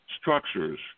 structures